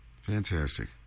fantastic